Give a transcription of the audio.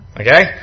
okay